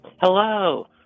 Hello